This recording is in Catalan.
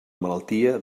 malaltia